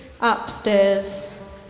upstairs